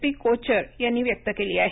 P Kochhar यांनी व्यक्त केली आहे